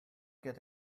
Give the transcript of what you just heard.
get